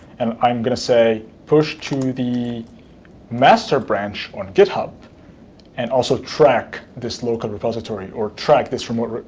and i'm going to say push to the master branch on github and also track this local repository or track this remote,